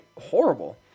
horrible